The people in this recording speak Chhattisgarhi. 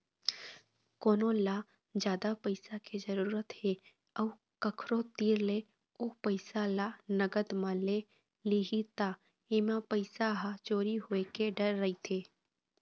कोनो ल जादा पइसा के जरूरत हे अउ कखरो तीर ले ओ पइसा ल नगद म ले लिही त एमा पइसा ह चोरी होए के डर रहिथे